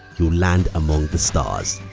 you'll land among the stars.